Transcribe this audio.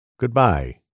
Goodbye